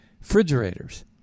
refrigerators